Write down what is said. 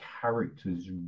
characters